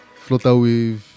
Flutterwave